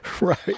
right